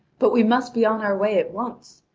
but we must be on our way at once!